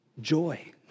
Joy